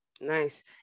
nice